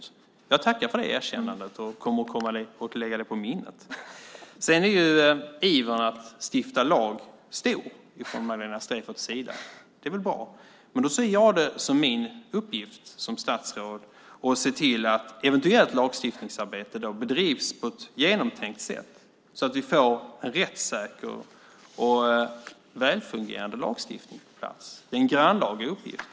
Jag tackar för det erkännandet och kommer att lägga det på minnet. Sedan är ivern att stifta lag stor från Magdalena Streijfferts sida. Det är väl bra. Men då ser jag det som min uppgift som statsråd att se till att eventuellt lagstiftningsarbete bedrivs på ett genomtänkt sätt så att vi får en rättssäker och välfungerande lagstiftning på plats. Det är en grannlaga uppgift.